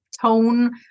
tone